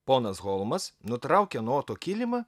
ponas holmas nutraukė nuo oto kilimą